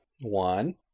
One